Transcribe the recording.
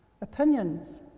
Opinions